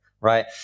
right